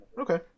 Okay